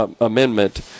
amendment